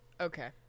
Okay